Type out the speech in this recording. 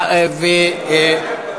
חינוך.